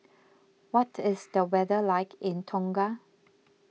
what is the weather like in Tonga